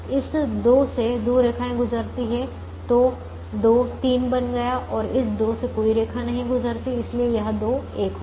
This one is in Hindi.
इस 2 से दो रेखाएँ गुजरती हैं तो 2 3 बन गया और इस 2 से कोई भी रेखा नहीं गुजरती इसलिए यह 2 एक हो गया